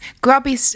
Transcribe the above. grubby